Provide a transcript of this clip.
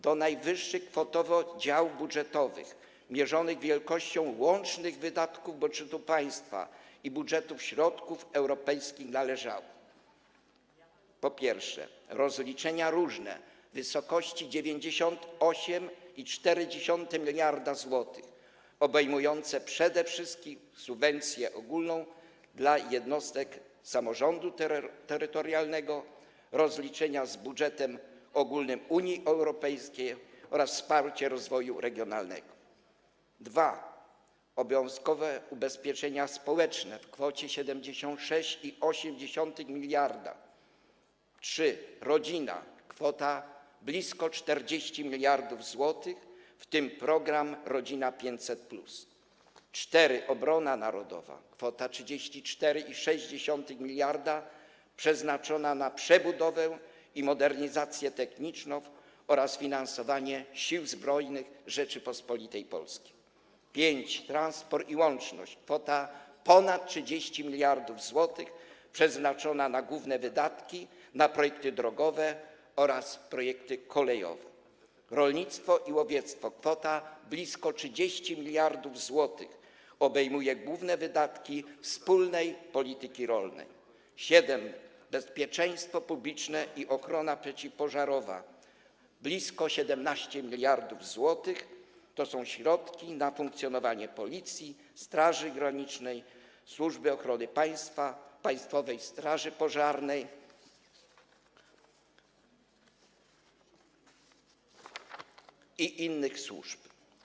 Do najwyższych kwotowo działów budżetowych mierzonych wielkością łącznych wydatków budżetu państwa i budżetu środków europejskich należały: po pierwsze, rozliczenia różne w wysokości 98,4 mld zł obejmujące przede wszystkim subwencję ogólną dla jednostek samorządu terytorialnego, rozliczenia z budżetem ogólnym Unii Europejskiej oraz wsparcie rozwoju regionalnego; po drugie, obowiązkowe ubezpieczenia społeczne w kwocie 76,8 mld; po trzecie, rodzina - kwota blisko 40 mld zł, w tym program „Rodzina 500+”; po czwarte, obrona narodowa - kwota 34,6 mld przeznaczona na przebudowę i modernizację techniczną oraz finansowanie Sił Zbrojnych Rzeczypospolitej Polskiej, po piąte, transport i łączność - kwota ponad 30 mld zł przeznaczona na główne wydatki na projekty drogowe oraz projekty kolejowe; po szóste, rolnictwo i łowiectwo - kwota blisko 30 mld zł obejmuje główne wydatki wspólnej polityki rolnej; po siódme, bezpieczeństwo publiczne i ochrona przeciwpożarowa - blisko 17 mld zł to są środki na funkcjonowanie Policji, Straży Granicznej, Służby Ochrony Państwa, Państwowej Straży Pożarnej i innych służb.